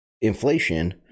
inflation